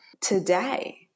today